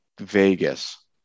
Vegas